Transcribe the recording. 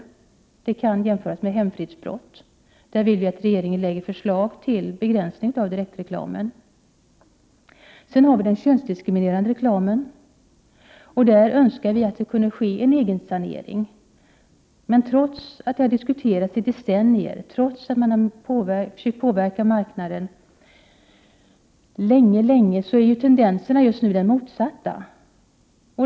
Sådan reklam kan jämföras med hemfridsbrott, och vi vill att regeringen lägger fram ett förslag om begränsning av direktreklamen. När det gäller könsdiskriminerande reklam önskar vi att en egensanering kunde ske, men trots att företeelsen har diskuterats i decennier, trots att man mycket länge försökt påverka marknaden, är tendenserna just nu de motsatta.